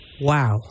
Wow